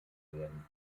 werden